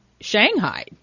Shanghai